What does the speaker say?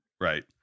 right